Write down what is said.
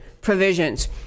provisions